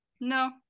no